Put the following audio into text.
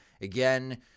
again